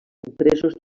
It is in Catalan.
impresos